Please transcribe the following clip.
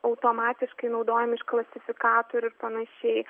automatiškai naudojami iš klasifikatorių ir panašiai